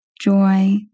joy